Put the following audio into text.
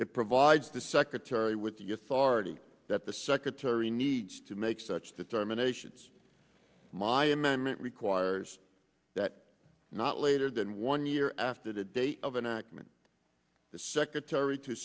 it provides the secretary with the authority that the secretary needs to make such determinations my amendment requires that not later than one year after the date of an accident the secretary to